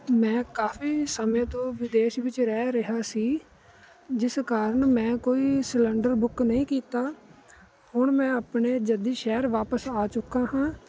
ਮੈਂ ਕਾਫ਼ੀ ਸਮੇਂ ਤੋਂ ਵਿਦੇਸ਼ ਵਿੱਚ ਰਹਿ ਰਿਹਾ ਸੀ ਜਿਸ ਕਾਰਨ ਮੈਂ ਕੋਈ ਸਿਲੰਡਰ ਬੁੱਕ ਨਹੀਂ ਕੀਤਾ ਹੁਣ ਮੈਂ ਆਪਣੇ ਜੱਦੀ ਸ਼ਹਿਰ ਵਾਪਿਸ ਆ ਚੁੱਕਾ ਹਾਂ